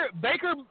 Baker